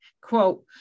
Quote